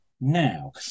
now